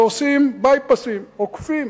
ועושים "בייפסים" עוקפים,